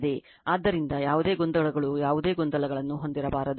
ಆದ್ದರಿಂದ ಯಾವುದೇ ಗೊಂದಲಗಳು ಯಾವುದೇ ಗೊಂದಲಗಳನ್ನು ಹೊಂದಿರಬಾರದು